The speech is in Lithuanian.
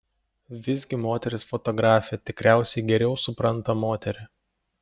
visgi moteris fotografė tikriausiai geriau supranta moterį